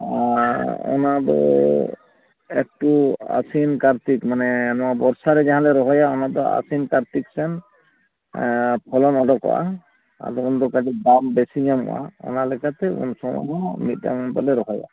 ᱚᱱᱟᱫᱚ ᱮᱠᱴᱩ ᱟᱹᱥᱤᱱ ᱠᱟᱨᱛᱤᱠ ᱢᱟᱱᱮ ᱱᱚᱣᱟ ᱵᱚᱨᱥᱟ ᱞᱮ ᱡᱟᱦᱟᱸ ᱞᱮ ᱨᱚᱦᱚᱭᱟ ᱚᱱᱟᱫᱚ ᱟᱹᱥᱤᱱ ᱠᱟᱨᱛᱤᱠ ᱥᱮᱫ ᱯᱷᱚᱞᱚᱱ ᱩᱰᱩᱠᱚᱜᱼᱟ ᱟᱫᱚ ᱩᱱᱫᱚ ᱠᱟᱹᱴᱤᱡ ᱫᱟᱢ ᱵᱮᱥᱤ ᱧᱟᱢᱚᱜᱼᱟ ᱚᱱᱟ ᱞᱮᱠᱟᱛᱮ ᱩᱱ ᱥᱚᱢᱚᱭ ᱦᱚᱸ ᱢᱤᱫ ᱫᱟᱢ ᱫᱚᱞᱮ ᱨᱚᱦᱚᱭᱟ